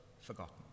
forgotten